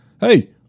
hey